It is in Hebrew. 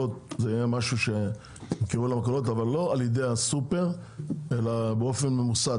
לא על ידי הסופר אלא באופן ממוסד,